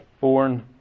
Born